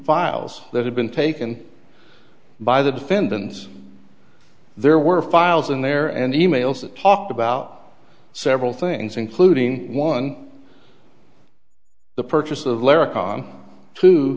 files that have been taken by the defendants there were files in there and emails that talked about several things including one the purchase